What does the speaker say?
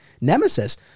Nemesis